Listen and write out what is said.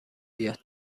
بیاد